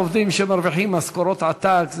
בעובדים שמרוויחים משכורות עתק,